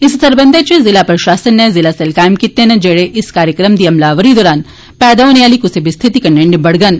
इस सरबंधै इच जिला प्रशासन नै जिला सेल कायम कीते न जेड़े इस कार्यक्रम दी अमलावरी दौरान पैदा होने आली कुसै बी स्थिति कन्नै निबड़ंडन